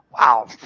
Wow